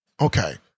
okay